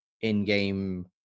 in-game